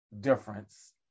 difference